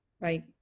Right